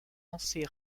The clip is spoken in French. lancer